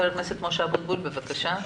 חבר הכנסת משה אבוטבול, בבקשה.